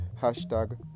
hashtag